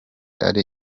ari